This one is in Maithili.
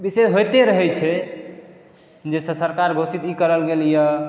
विषय होइते रहैत छै जैसे सरकार घोषित इ करल गेलए